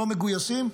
לא מגויסים.